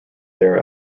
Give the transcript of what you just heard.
there